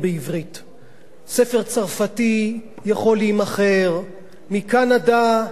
ספר צרפתי יכול להימכר מקנדה ועד אפריקה,